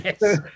Yes